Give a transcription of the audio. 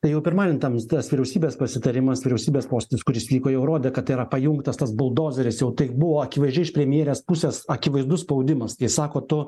tai jau pirmadienį tam s tas vyriausybės pasitarimas vyriausybės posėdis kuris vyko jau rodė kad yra pajungtas tas buldozeris jau tai buvo akivaizdžiai iš premjerės pusės akivaizdus spaudimas kai sako tu